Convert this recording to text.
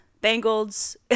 bangles